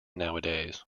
nowadays